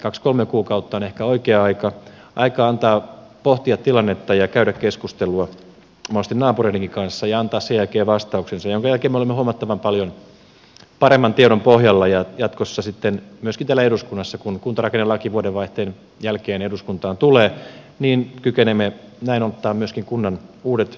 kaksi kolme kuukautta on ehkä oikea aika antaa pohtia tilannetta ja käydä keskustelua mahdollisesti naapureidenkin kanssa ja antaa sen jälkeen vastaus jonka jälkeen me olemme huomattavan paljon paremman tiedon pohjalla ja jatkossa sitten myöskin täällä eduskunnassa kun kuntarakennelaki vuodenvaihteen jälkeen eduskuntaan tulee kykenemme näin ottamaan myöskin kunnan uudet näkökulmat huomioon